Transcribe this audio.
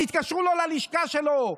תתקשרו אליו, ללשכה שלו,